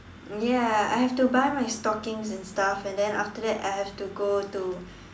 ya I have to buy my stockings and stuff and then after that I have to go to